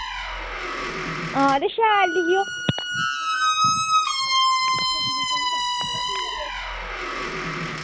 आं ते शैल लेई आयो